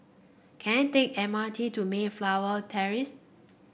can I take M R T to Mayflower Terrace